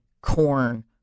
corn